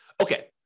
Okay